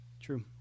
true